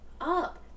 up